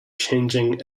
changing